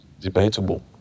Debatable